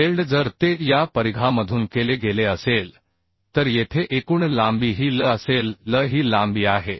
weld जर ते या परिघामधून केले गेले असेल तर येथे एकूण लांबी ही L असेल L ही लांबी आहे